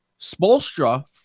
Spolstra